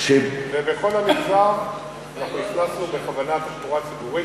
ובכל המגזר אנחנו הכנסנו בכוונה תחבורה ציבורית.